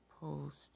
Post